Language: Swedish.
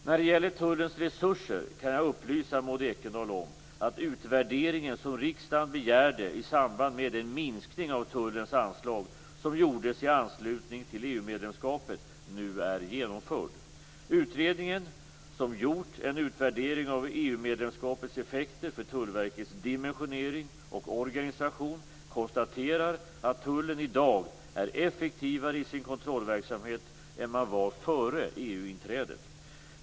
När det gäller tullens resurser kan jag upplysa Maud Ekendahl om att utvärderingen som riksdagen begärde i samband med den minskning av tullens anslag som gjordes i anslutning till EU-medlemskapet nu är genomförd. Utredningen, som gjort en utvärdering av EU-medlemskapets effekter för Tullverkets dimensionering och organisation, konstaterar att tullen i dag är effektivare i sin kontrollverksamhet än man var före EU-inträdet.